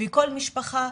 וכל משפחה,